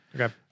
Okay